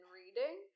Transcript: reading